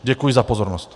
Děkuji za pozornost.